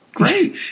great